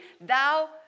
Thou